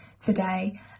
today